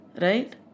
right